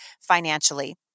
financially